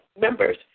members